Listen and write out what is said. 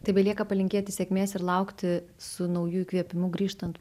tai belieka palinkėti sėkmės ir laukti su nauju įkvėpimu grįžtant